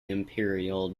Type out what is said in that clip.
imperial